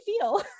feel